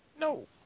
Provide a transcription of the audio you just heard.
No